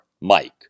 Mike